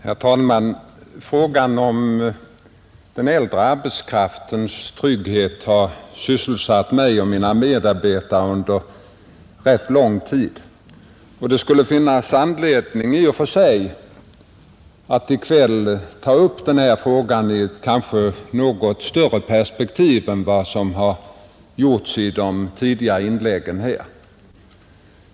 Herr talman! Frågan om den äldre arbetskraftens trygghet har sysselsatt mig och mina medarbetare under rätt lång tid, och det skulle i och för sig finnas anledning att i kväll ta upp den här frågan i ett något större perspektiv än vad som har gjorts i de tidigare inläggen.